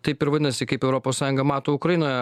taip ir vadinasi kaip europos sąjunga mato ukrainoje